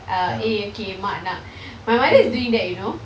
ah eh okay mak nak my mother is doing that you know